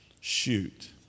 Shoot